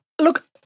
look